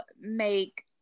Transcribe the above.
make